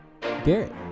Garrett